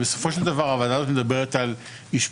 בסופו של דבר הוועדה הזאת מדברת על מוגנות